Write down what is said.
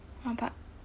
!huh! but